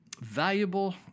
valuable